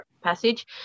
passage